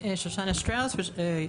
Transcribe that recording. שושנה שטראוס,